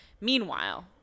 Meanwhile